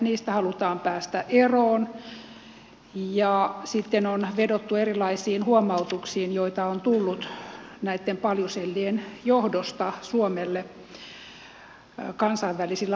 niistä halutaan päästä eroon ja sitten on vedottu erilaisiin huomautuksiin joita on tullut näitten paljusellien johdosta suomelle kansainvälisillä areenoilla